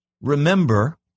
Remember